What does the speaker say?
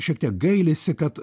šiek tiek gailisi kad